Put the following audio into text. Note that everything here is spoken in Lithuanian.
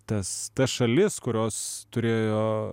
tas šalis kurios turėjo